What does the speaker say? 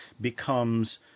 becomes